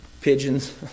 pigeons